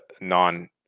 non